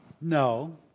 No